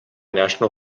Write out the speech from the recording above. national